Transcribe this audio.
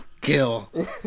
Kill